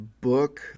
book